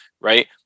right